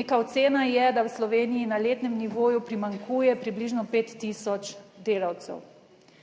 Neka ocena je, da v Sloveniji na letnem nivoju primanjkuje približno 5 tisoč delavcev.